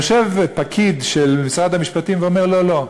יושב פקיד של משרד המשפטים ואומר לו: לא.